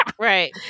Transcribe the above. Right